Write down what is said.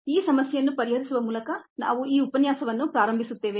ಈ ಸಮಸ್ಯೆಯನ್ನು ಪರಿಹರಿಸುವ ಮೂಲಕ ನಾವು ಈ ಉಪನ್ಯಾಸವನ್ನು ಪ್ರಾರಂಭಿಸುತ್ತೇವೆ